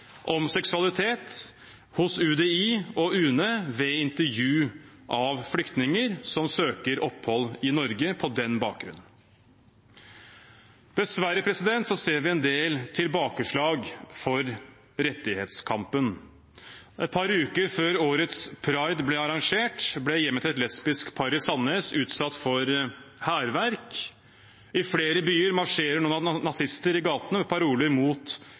om seksualitet hos UDI og UNE ved intervju av flyktninger som søker om opphold i Norge på den bakgrunn. Dessverre ser vi en del tilbakeslag for rettighetskampen. Et par uker før årets Pride ble arrangert, ble hjemmet til et lesbisk par i Sandnes utsatt for hærverk. I flere byer marsjerer nazister i gatene med paroler mot